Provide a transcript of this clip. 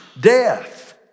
death